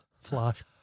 flash